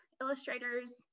illustrators